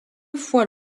fois